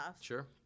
sure